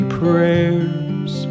prayers